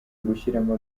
gushyiramo